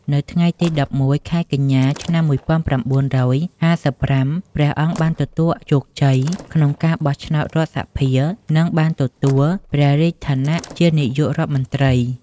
នៅថ្ងៃទី១១ ខែកញ្ញា ឆ្នាំ១៩៥៥ ព្រះអង្គបានទទួលជោគជ័យក្នុងការបោះឆ្នោតរដ្ឋសភា និងបានទទួលព្រះរាជឋានៈជានាយករដ្ឋមន្ត្រី។